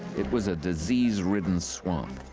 it was a disease-ridden swamp.